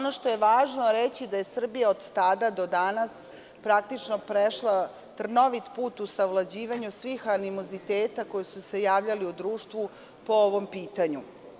Važno je reći da je Srbija od tada do danas prešla trnovit put u savlađivanju svih animoziteta koji su se javljali u društvu po ovom pitanju.